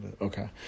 Okay